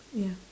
ya